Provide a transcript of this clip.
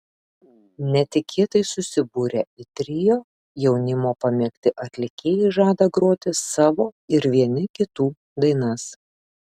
netikėtai susibūrę į trio jaunimo pamėgti atlikėjai žada groti savo ir vieni kitų dainas